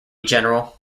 general